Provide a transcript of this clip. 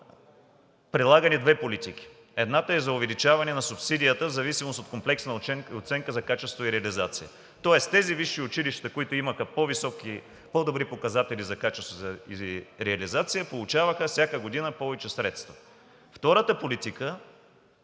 прилагани две политики. Едната е за увеличаване на субсидията в зависимост от комплексна оценка за качество и реализация. Тоест, тези висши училища, които имаха по-добри показатели за качество и реализация, получаваха всяка година повече средства. Втората политика